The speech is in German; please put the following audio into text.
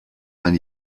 man